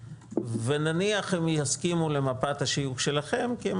ונניח הם יסכימו למפת השיוך שלכם כי הם